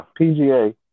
PGA